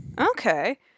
Okay